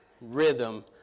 rhythm